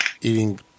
eating